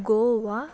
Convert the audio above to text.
Goa